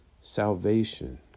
salvation